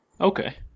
Okay